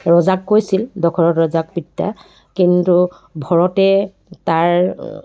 ৰজাক কৈছিল দশৰথ ৰজাত পিতা কিন্তু ভৰতে তাৰ